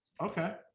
Okay